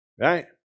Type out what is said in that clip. Right